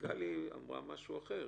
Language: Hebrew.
גלי אמרה משהו אחר.